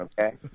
okay